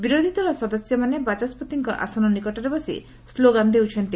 ବିରୋଧୀଦଳ ସଦସ୍ୟମାନେ ବାଚସ୍ବତିଙ୍କ ଆସନ ନିକଟରେ ବସି ସ୍କୋଗାନ ଦେଉଛନ୍ତି